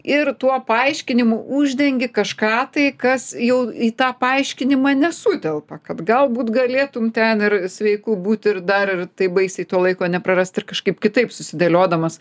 ir tuo paaiškinimu uždengi kažką tai kas jau į tą paaiškinimą nesutelpa kad galbūt galėtum ten ir sveiku būt ir dar ir taip baisiai to laiko neprarast ir kažkaip kitaip susidėliodamas